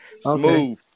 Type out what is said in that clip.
Smooth